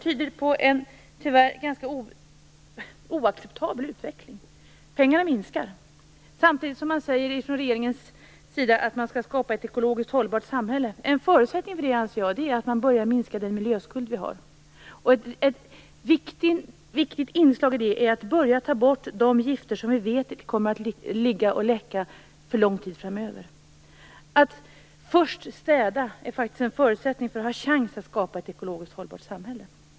Detta tyder på en, tyvärr, ganska så oacceptabel utveckling. Det blir mindre pengar. Samtidigt sägs det från regeringens sida att man skall skapa ett ekologiskt hållbart samhälle. Men en förutsättning för det anser jag är att man börjar minska den miljöskuld som vi har. Ett viktigt inslag är då att börja ta bort de gifter som vi vet kommer att läcka ut under en lång tid framöver. Att först städa är faktiskt en förutsättning för att ha en chans att skapa ett ekologiskt hållbart samhälle.